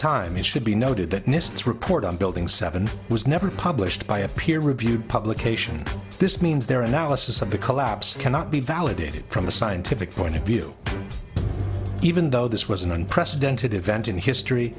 time it should be noted that nist report on building seven was never published by a peer reviewed publication this means their analysis of the collapse cannot be validated from a scientific point of view even though this was an unprecedented event in history